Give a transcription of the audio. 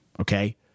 Okay